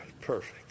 Perfect